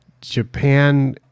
Japan